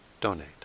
donate